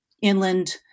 inland